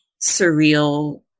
surreal